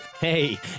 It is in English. Hey